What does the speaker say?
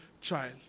child